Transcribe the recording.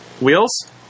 Wheels